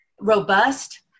robust